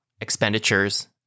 expenditures